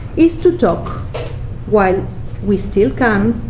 is to talk while we still can,